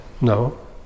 No